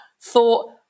thought